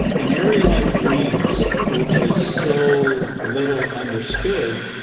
an area like dreams, which is so little understood,